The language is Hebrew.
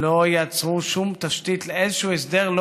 לא יצרו שום תשתית לאיזשהו הסדר,